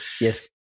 yes